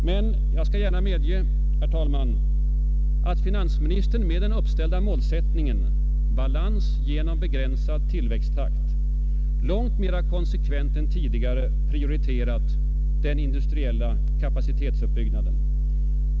Men jag skall gärna medge, herr talman, att finansministern med den uppställda målsättningen — balans genom begränsad tillväxttakt — långt mera konsekvent än tidigare har prioriterat den industriella kapacitetsuppbyggnaden.